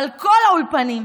אבל כל האולפנים,